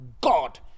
God